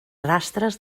rastres